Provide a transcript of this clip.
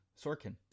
Sorkin